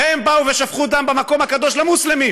והם באו ושפכו דם במקום הקדוש למוסלמים